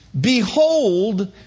behold